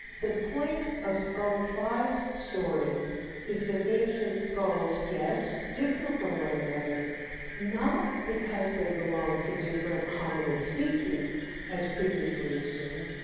the point of skull five's story is that ancient skulls, yes, differ from one another not because they belong to different hominid species as previously assumed,